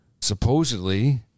Supposedly